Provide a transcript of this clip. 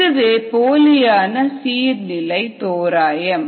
இதுவே போலியான சீர் நிலை தோராயம்